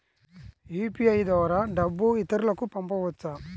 UPI ద్వారా డబ్బు ఇతరులకు పంపవచ్చ?